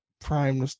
Prime